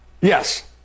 yes